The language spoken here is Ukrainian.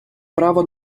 право